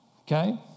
Okay